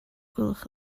gwelwch